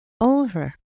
over